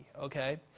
okay